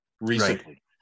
recently